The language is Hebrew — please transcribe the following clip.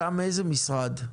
מאיזה משרד אתה?